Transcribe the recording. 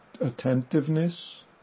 attentiveness